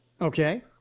Okay